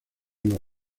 los